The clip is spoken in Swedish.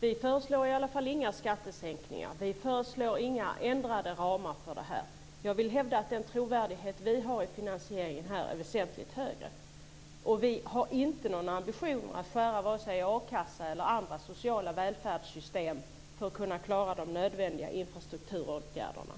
Vi föreslår inga skattesänkningar. Vi föreslår inga ändrade ramar för detta. Jag vill hävda att den trovärdighet vi har i finansieringen är väsentligt högre. Vi har inte någon ambition att skära i vare sig akassa eller andra sociala välfärdssystem för att klara de nödvändiga infrastrukturåtgärderna.